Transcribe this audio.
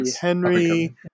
Henry